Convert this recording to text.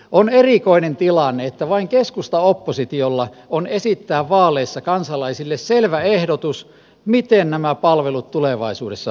on erikoinen tilanne että vain keskustaoppositiolla on esittää vaaleissa kansalaisille selvä ehdotus miten nämä palvelut tulevaisuudessa hoidetaan